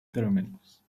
terminals